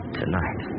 tonight